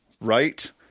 right